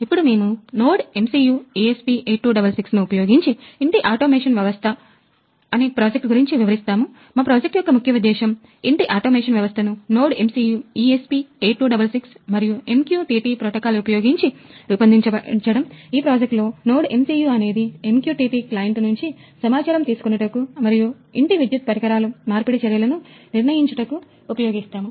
ఇప్పుడు మేము NodeMCU ESP8266 ను ఉపయోగించి ఇంటి ఆటోమేషన్ వ్యవస్థ నుంచి సమాచారము తీసుకొనుటకు మరియు ఇంటి విద్యుత్ పరికరాలు మార్పిడి చర్యలను నిర్ణయించుటకు ఉపయోగిస్తాము